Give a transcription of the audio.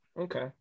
okay